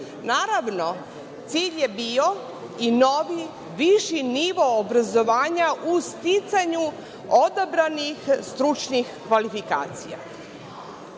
prostoru. Naravno, cilj je bio i novi viši nivo obrazovanja u sticanju odabranih stručnih kvalifikacija.